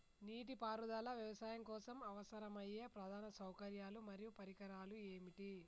నీటిపారుదల వ్యవసాయం కోసం అవసరమయ్యే ప్రధాన సౌకర్యాలు మరియు పరికరాలు ఏమిటి?